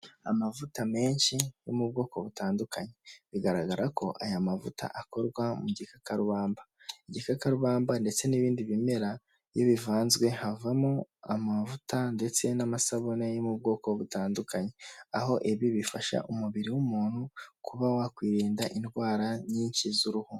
Amavuta menshi yo mu bwoko butandukanye. Bigaragara ko aya mavuta akorwa mu gikakarubamba. Igikakarubamba ndetse n'ibindi bimera iyo bivanzwe havamo amavuta ndetse n'amasabune yo mu bwoko butandukanye. Aho ibi bifasha umubiri w'umuntu kuba wakwirinda indwara nyinshi z'uruhu.